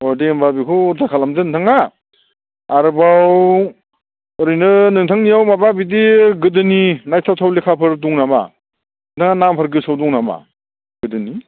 अह दे होमबा बेखौ अर्डार खालामदो नोंथाङा आरोबाव ओरैनो नोंथांनियाव माबा बिदि गोदोनि नायथावथाव लेखाफोर दं नामा ना नामफोर गोसोआव दं नामा गोदोनि